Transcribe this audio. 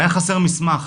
והיה חסר מסמך